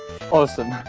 Awesome